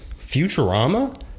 futurama